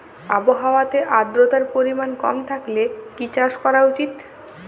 আবহাওয়াতে আদ্রতার পরিমাণ কম থাকলে কি চাষ করা উচিৎ?